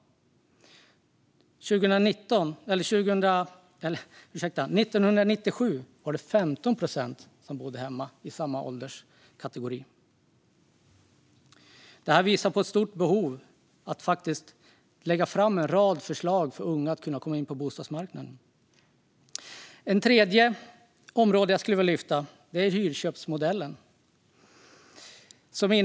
År 1997 var det 15 procent som bodde hemma i samma ålderskategori. Det visar på ett stort behov av att faktiskt lägga fram en rad förslag för att unga ska kunna komma in på bostadsmarknaden. Ett tredje område jag skulle vilja lyfta är hyrköpsmodellen.